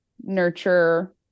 nurture